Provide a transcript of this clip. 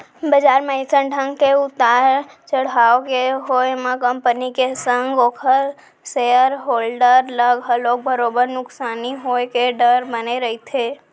बजार म अइसन ढंग के उतार चड़हाव के होय म कंपनी के संग ओखर सेयर होल्डर ल घलोक बरोबर नुकसानी होय के डर बने रहिथे